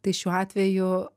tai šiuo atveju